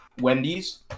wendy's